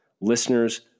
listeners